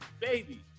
baby